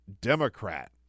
Democrat